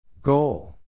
Goal